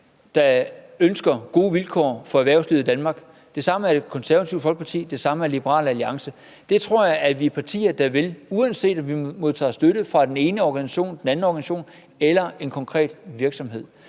der ønsker gode vilkår for erhvervslivet i Danmark. Det samme er Det Konservative Folkeparti, det samme er Liberal Alliance. Det tror jeg at vi er partier der vil, uanset om vi modtager støtte fra den ene organisation, den anden organisation eller en konkret virksomhed.